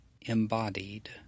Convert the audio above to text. embodied